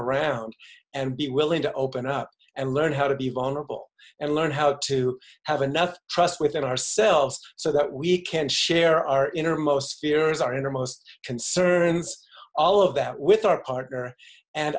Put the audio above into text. around and be willing to open up and learn how to be vulnerable and learn how to have enough trust within ourselves so that we can share our innermost fears our innermost concerns all of that with our partner and